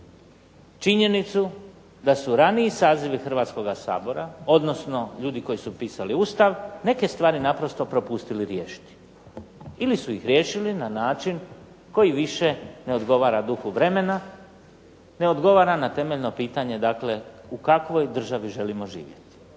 činjenicu da su raniji sazivi Hrvatskoga sabora, odnosno ljudi koji su pisali Ustav neke stvari naprosto propustili riješiti ili su ih riješili na način koji više ne odgovara duhu vremena, ne odgovara na temeljno pitanje dakle u kakvoj državi želimo živjeti.